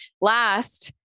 Last